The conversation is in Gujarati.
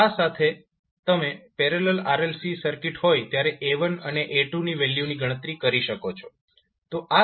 તો આ સાથે તમે પેરેલલ RLC સર્કિટ હોય ત્યારે A1 અને A2 ની વેલ્યુની ગણતરી કરી શકો છો